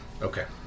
Okay